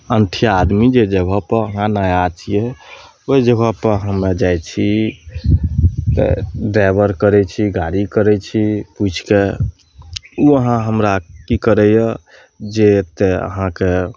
अनठिया आदमी जे जगहपर अहाँ नया छियै ओहि जगहपर हमे जाइ छी तऽ ड्राइबर करै छी गाड़ी करै छी पुछि कऽ अहाँ हमरा की करैया जे तए अहाँके